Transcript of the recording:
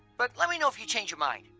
but let me know if you change your mind.